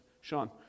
Sean